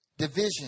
Division